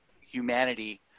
humanity